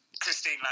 Christine